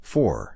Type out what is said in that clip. Four